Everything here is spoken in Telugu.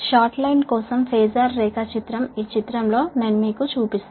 షార్ట్ లైన్ కోసం ఫేజార్ డయాగ్రమ్ ఈ చిత్రం లో నేను మీకు చూపిస్తాను